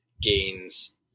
gains